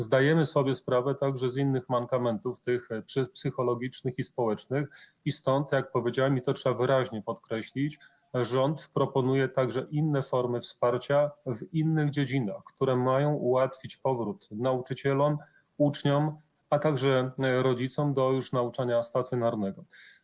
Zdajemy sobie sprawę także z innych mankamentów, tych psychologicznych i społecznych, i stąd, jak powiedziałem, i to trzeba wyraźnie podkreślić, rząd proponuje także inne formy wsparcia w innych dziedzinach, które mają ułatwić powrót nauczycielom, uczniom, a także rodzicom do nauczania stacjonarnego.